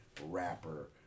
rapper